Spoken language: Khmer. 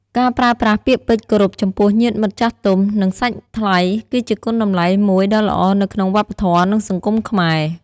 ការប្រើប្រាស់ពាក្យពេចន៍គោរពចំពោះញាតិមិត្តចាស់ទុំ និងសាច់ថ្លៃ គឺជាគុណតម្លៃមួយដ៏ល្អនៅក្នុងវប្បធម៌និងសង្គមខ្មែរ។